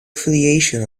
affiliation